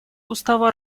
устава